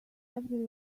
every